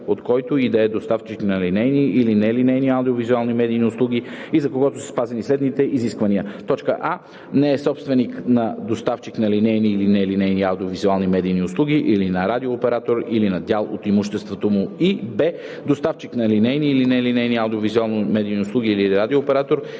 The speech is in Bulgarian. от който и да е доставчик на линейни или нелинейни аудио-визуални медийни услуги и за когото са спазени следните изисквания: а) не е собственик на доставчик на линейни или нелинейни аудио-визуални медийни услуги или на радиооператор или на дял от имуществото му, и б) доставчик на линейни или нелинейни аудио-визуални медийни услуги или радиооператор,